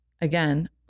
again